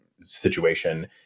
situation